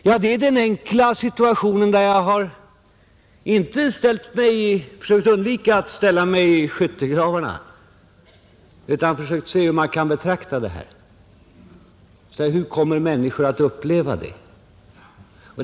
Ja, det är den enkla situationen där jag har försökt undvika att ställa mig i skyttegravarna och i stället försökt se hur man kan betrakta detta och hur människor kommer att uppleva det.